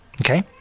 Okay